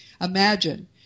imagine